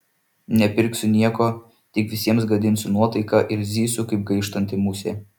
nepirksiu nieko tik visiems gadinsiu nuotaiką ir zysiu kaip gaištanti musė